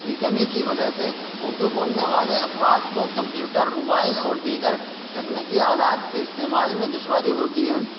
کی کمی کی وجہ سے اردو بولنے والے افراد کو کمپیوٹر موبائل اور دیگر تکنکی آلات کے استعمال میں دشواری ہوتی ہے